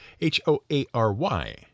H-O-A-R-Y